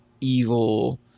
evil